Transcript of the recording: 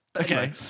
Okay